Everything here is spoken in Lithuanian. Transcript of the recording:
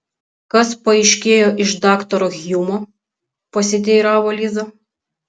kas paaiškėjo iš daktaro hjumo pasiteiravo liza